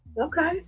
Okay